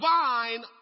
vine